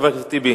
חבר הכנסת טיבי,